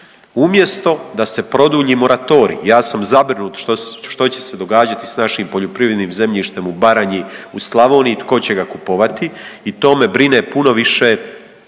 umjesto da se produlji moratorij. Ja sam zabrinut što će se događati s našim poljoprivrednim zemljištem u Baranji, u Slavoniji, tko će ga kupovati i to me brine puno više